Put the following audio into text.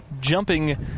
jumping